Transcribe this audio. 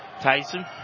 Tyson